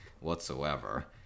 whatsoever